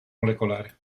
molecolare